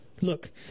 Look